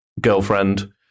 girlfriend